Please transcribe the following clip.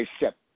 accept